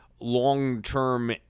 long-term